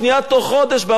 ערוץ של חברי הכנסת.